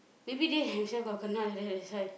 maybe they themself got kena like that that's why